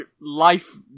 life